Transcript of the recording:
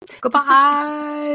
Goodbye